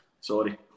Sorry